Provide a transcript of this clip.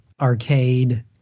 arcade